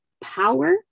power